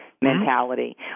mentality